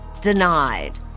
denied